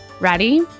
Ready